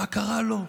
מה קרה לו?